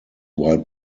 while